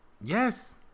Yes